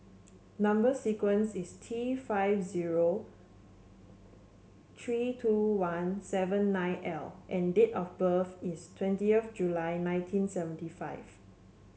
number sequence is T five zero three two one seven nine L and date of birth is twenty of July nineteen seventy five